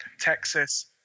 Texas